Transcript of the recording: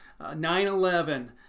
9-11